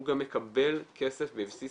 הוא גם מקבל כסף בבסיס